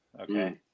Okay